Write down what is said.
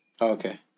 Okay